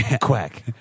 quack